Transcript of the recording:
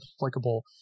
applicable